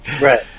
Right